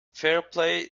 fairplay